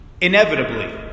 inevitably